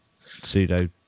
pseudo